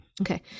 Okay